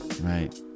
Right